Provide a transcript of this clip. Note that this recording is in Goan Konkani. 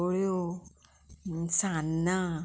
अळ्यो सान्नां